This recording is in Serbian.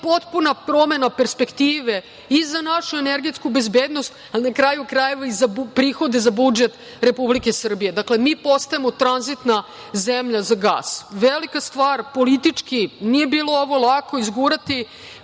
potpuna promena perspektive i za našu energetsku bezbednost i, na kraju krajeva, za prihode za budžet Republike Srbije. Dakle, mi postajemo tranzitna zemlja za gas. Velika stvar. Politički nije bilo ovo lako izgurati.